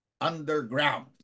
underground